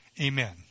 Amen